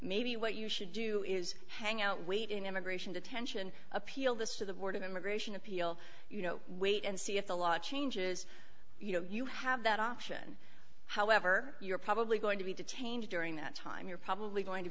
maybe what you should do is hang out wait in immigration detention appeal this to the board of immigration appeal you know wait and see if the law changes you know you have that option however you're probably going to be detained during that time you're probably going to